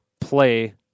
play